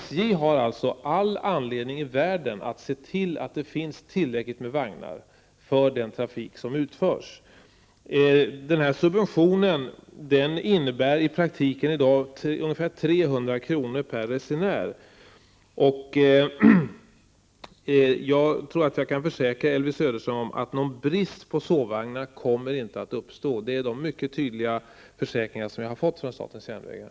SJ har alltså all anledning i världen att se till att det finns tillräckligt med vagnar med den trafik som utförs. Den subventionen innebär i dag i praktiken ungefär 300 kr. per resenär. Jag tror att jag kan försäkra Elvy Söderström att det inte kommer att uppstå någon brist på sovvagnar. Det har jag fått mycket tydliga försäkringar om från statens järnvägar.